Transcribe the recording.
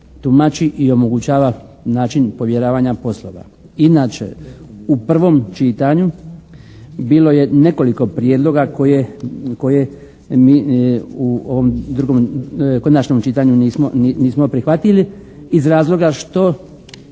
tumači i omogućava način povjeravanja poslova. Inače, u prvom čitanju bilo je nekoliko prijedloga koje mi u ovom drugom, konačnom čitanju nismo prihvatili iz razloga što